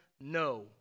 no